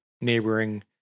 neighboring